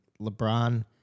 LeBron